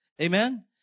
Amen